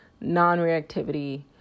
non-reactivity